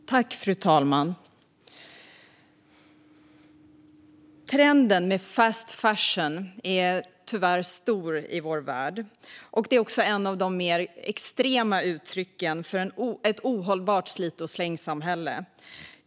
EU:s strategi för håll-bara och cirkulära textilier Fru talman! Trenden med fast fashion är tyvärr stor i vår värld. Den är också ett av de mer extrema uttrycken för ett ohållbart slit-och-släng-samhälle.